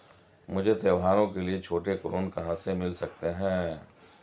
मुझे त्योहारों के लिए छोटे ऋृण कहां से मिल सकते हैं?